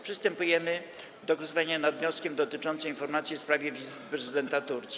Przystępujemy do głosowania nad wnioskiem dotyczącym informacji w sprawie wizyty prezydenta Turcji.